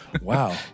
Wow